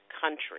country